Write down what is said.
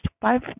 five